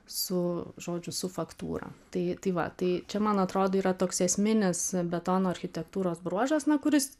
su žodžiu su faktūra tai tai va tai čia man atrodo yra toks esminis betono architektūros bruožas na kuris